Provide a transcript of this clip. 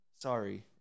Sorry